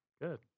Good